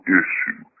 issue